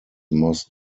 mos